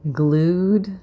glued